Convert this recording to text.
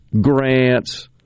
grants